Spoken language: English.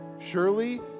Surely